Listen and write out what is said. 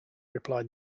replied